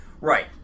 right